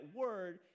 word